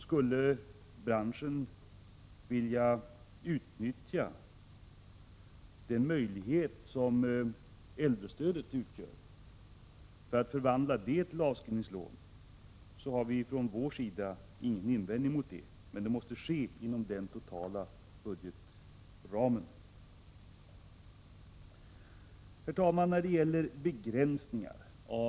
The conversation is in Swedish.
Skulle branschen vilja utnyttja möjligheten att förvandla äldrestödet till avskrivningslån, har vi från vår sida ingen invändning mot det. Men det måste ske inom den totala budgetramen. Herr talman!